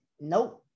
nope